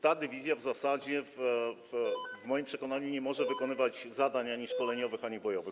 Ta dywizja w zasadzie w moim przekonaniu nie może wykonywać zadań ani szkoleniowych, ani bojowych.